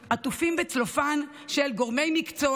עטופים בצלופן של "גורמי מקצוע",